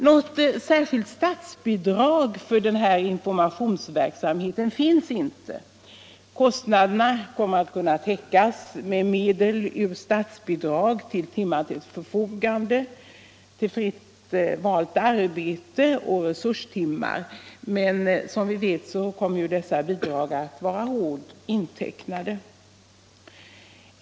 Något särskilt statsbidrag för denna informationsverksamhet finns inte, Kostnaderna kommer att delvis kunna täckas av medel ur statsbidrag till Timmar till förfogande, till Fri valt arbete och till Resurstimmar. Men som vi vet kommer dessa statsbidrag att vara hårt intecknade.